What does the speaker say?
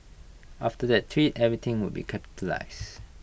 after that tweet everything would be capitalised